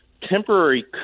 temporary